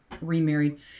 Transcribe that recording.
remarried